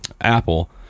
apple